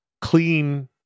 clean